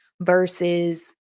versus